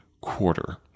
quarter